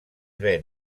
ven